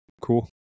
Cool